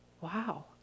wow